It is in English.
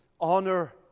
honor